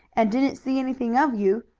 and didn't see anything of you,